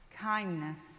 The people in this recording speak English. kindness